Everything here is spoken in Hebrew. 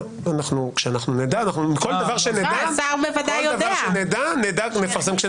כשאנחנו נדע, כל דבר שנדע, נדאג גם לפרסם.